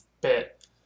bit